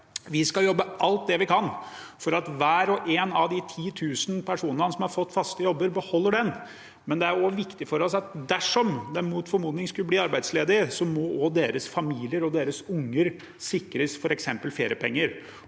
Vi skal jobbe alt det vi kan for at hver og en av de 10 000 personene som har fått fast jobb, beholder den, men det er også viktig for oss at dersom de mot formodning skulle bli arbeidsledige, må også deres familier og deres unger sikres f.eks. feriepenger.